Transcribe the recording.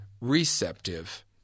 receptive